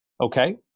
okay